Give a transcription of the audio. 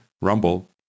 Rumble